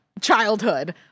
childhood